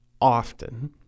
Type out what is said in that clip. often